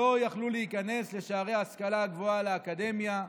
שלא יכלו להיכנס לשערי ההשכלה הגבוהה, לאקדמיה.